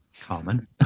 Common